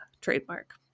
trademark